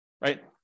right